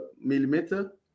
millimeter